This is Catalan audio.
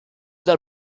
del